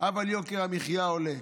אבל יוקר המחיה עולה.